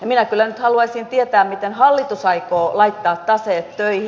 minä kyllä nyt haluaisin tietää miten hallitus aikoo laittaa taseet töihin